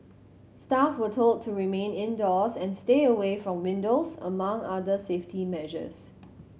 staff were told to remain indoors and stay away from windows among other safety measures